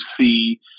see